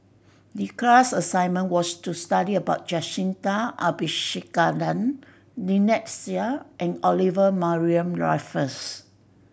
the class assignment was to study about Jacintha Abisheganaden Lynnette Seah and Olivia Mariamne Raffles